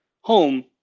home